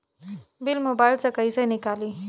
Bill mobile से कईसे निकाली?